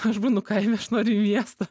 aš būnu kaime aš noriu į miestą